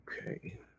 Okay